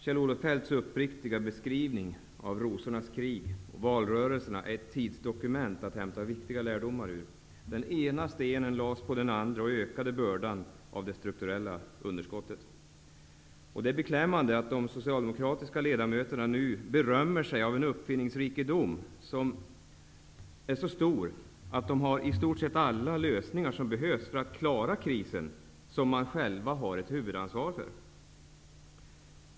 Kjell-Olof Feldts uppriktiga beskrivning av rosornas krig och valrörelserna är ett tidsdokument att hämta viktiga lärdomar ur. Den ena stenen lades på den andra och ökade bördan av det strukturella underskottet. Det är beklämmande att de socialdemokratiska ledamöterna nu berömmer sig av en uppfinningsrikedom, som är så stor att de har i stort sett alla lösningar som behövs för att klara den kris som de själva har huvudansvaret för.